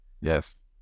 yes